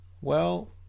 Well